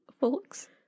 Folks